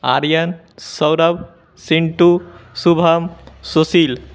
Aryan Saurabh Sentu Shubham Sushil